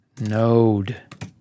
node